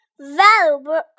Valuable